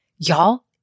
Y'all